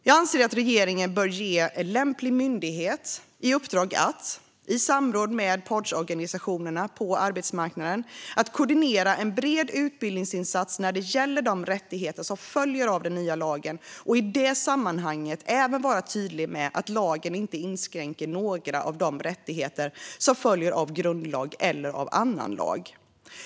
Jag anser att regeringen bör ge lämplig myndighet i uppdrag att, i samråd med partsorganisationerna på arbetsmarknaden, koordinera en bred utbildningsinsats när det gäller de rättigheter som följer av den nya lagen och i det sammanhanget även vara tydlig med att lagen inte inskränker några av de rättigheter som följer av grundlag eller annan lag.